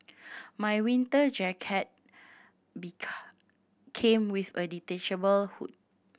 my winter jacket came with a detachable hood